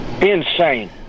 Insane